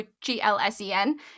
G-L-S-E-N